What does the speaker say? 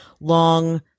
long